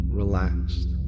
relaxed